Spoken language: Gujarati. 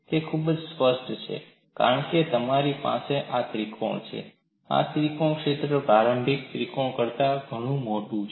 તે ખૂબ જ સ્પષ્ટ છે કારણ કે તમારી પાસે આ ત્રિકોણ છે આ ત્રિકોણ ક્ષેત્ર પ્રારંભિક ત્રિકોણ કરતા ઘણું મોટું છે